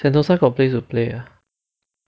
sentosa got place to play ah